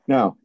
Now